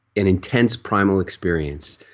an intense primal experience.